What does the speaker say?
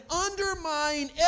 undermine